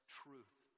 truth